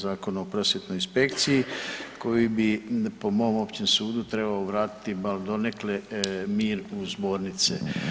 Zakona o prosvjetnoj inspekciji, koji bi po mom općem sudu trebao vratiti bar donekle mir u zbornice.